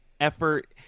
effort